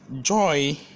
joy